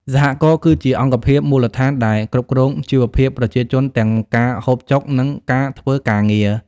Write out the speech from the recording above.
«សហករណ៍» គឺជាអង្គភាពមូលដ្ឋានដែលគ្រប់គ្រងជីវភាពប្រជាជនទាំងការហូបចុក និងការធ្វើការងារ។